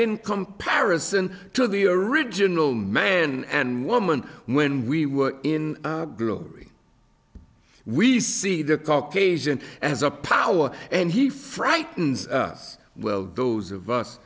in comparison to the original man and woman when we were in glory we see the caucasian as a power and he frightens us well those of us